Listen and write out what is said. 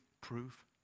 proof